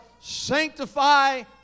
sanctify